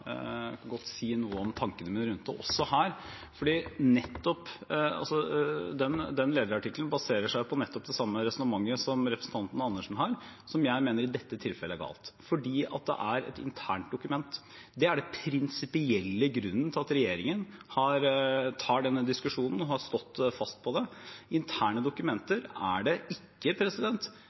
jeg kan godt si noe om tankene mine rundt det også her. Den lederartikkelen baserer seg på det samme resonnementet som representanten Dag Terje Andersen har, og som jeg mener er galt i dette tilfellet, fordi det er et internt dokument. Det er den prinsipielle grunnen til at regjeringen tar denne diskusjonen og står fast på det. Interne dokumenter er det ikke